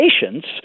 patients